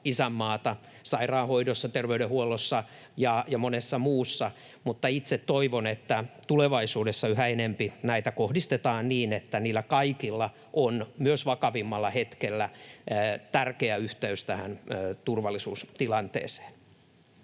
isänmaata — sairaanhoidossa, terveydenhuollossa ja monessa muussa — mutta itse toivon, että tulevaisuudessa yhä enempi näitä kohdistetaan niin, että niillä kaikilla on myös vakavimmalla hetkellä tärkeä yhteys tähän turvallisuustilanteeseen.